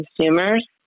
consumers